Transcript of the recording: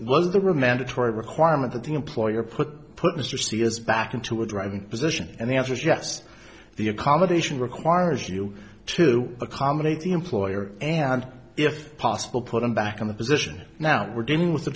one of the remand atory requirement that the employer put put mr c s back into a driving position and the answer is yes the accommodation requires you to accommodate the employer and if possible put him back in the position now we're dealing with the